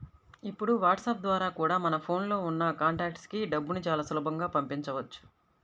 ఇప్పుడు వాట్సాప్ ద్వారా కూడా మన ఫోన్ లో ఉన్న కాంటాక్ట్స్ కి డబ్బుని చాలా సులభంగా పంపించవచ్చు